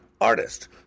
artist